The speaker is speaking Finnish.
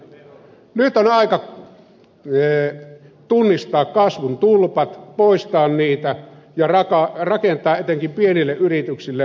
nyt on aika tunnistaa kasvun tulpat poistaa niitä ja rakentaa etenkin pienille yrityksille mahdollisuuksia kasvuun